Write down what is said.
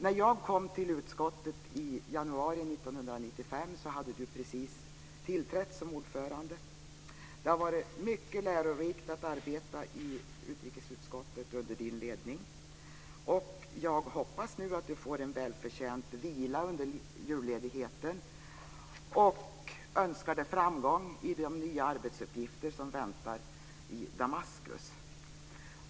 När jag kom till utskottet i januari 1995 hade du precis tillträtt som ordförande. Det har varit mycket lärorikt att arbeta i utrikesutskottet under din ledning. Jag hoppas nu att du får en välförtjänt vila under julledigheten och önskar dig framgång i de nya arbetsuppgifter som väntar i Damaskus.